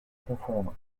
confondre